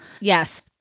Yes